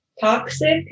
toxic